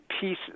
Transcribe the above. pieces